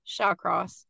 Shawcross